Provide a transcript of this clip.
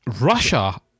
Russia